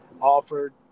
offered